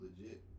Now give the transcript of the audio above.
legit